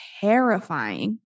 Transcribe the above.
terrifying